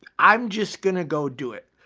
i'm just gonna go do it.